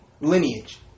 lineage